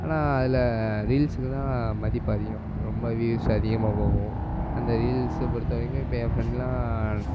ஆனால் அதில் ரீல்ஸுக்கு தான் மதிப்பு அதிகம் ரொம்ப வீவ்ஸ் அதிகமாக போகும் அந்த ரீல்ஸை பொறுத்த வரைக்கும் இப்போ என் ஃப்ரெண்ட்லாம்